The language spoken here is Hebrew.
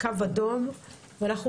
קו אדום ואנחנו,